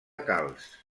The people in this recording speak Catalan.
calç